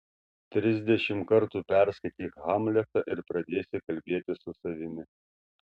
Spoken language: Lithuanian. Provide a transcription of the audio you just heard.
trisdešimt kartų perskaityk hamletą ir pradėsi kalbėtis su savimi